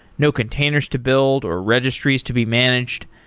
no containers to build or registries to be managed.